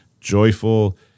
joyful